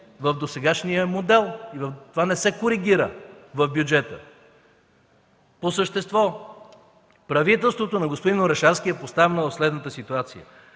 в досегашния модел. Това не се коригира в бюджета. По същество правителството на господин Орешарски е поставено в следната ситуация